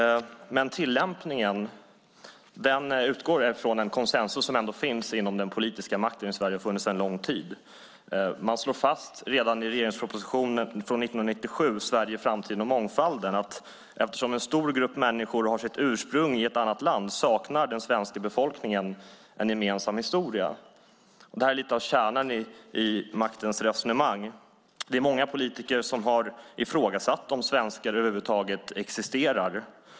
Men tillämpningen utgår från en konsensus som finns inom den politiska makten i Sverige och som har funnits sedan lång tid. Man slår fast redan i regeringspropositionen från 1997 Sverige, framtiden och mångfalden - från invandrarpolitik till integrationspolitik att eftersom en stor grupp människor har sitt ursprung i ett annat land saknar den svenska befolkningen en gemensam historia. Det här är lite av kärnan i maktens resonemang. Det är många politiker som har ifrågasatt om svenskar över huvud existerar.